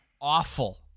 Awful